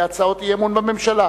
להצעות אי-אמון בממשלה.